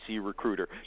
Recruiter